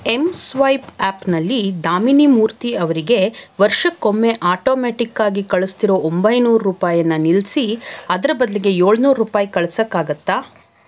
M swipe ಆ್ಯಪ್ನಲ್ಲಿ ದಾಮಿನಿ ಮೂರ್ತಿ ಅವರಿಗೆ ವರ್ಷಕ್ಕೊಮ್ಮೆ ಆಟೋಮೆಟಿಕ್ಕಾಗಿ ಕಳಸ್ತಿರೋ ಒಂಬೈನೂರು ರೂಪಾಯಿಯನ್ನ ನಿಲ್ಲಿಸಿ ಅದರ ಬದಲಿಗೆ ಏಳ್ನೂರು ರೂಪಾಯಿ ಕಳಿಸಕ್ಕಾಗತ್ತಾ